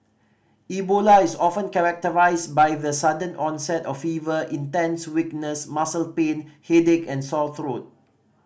Ebola is often characterised by the sudden onset of fever intense weakness muscle pain headache and sore throat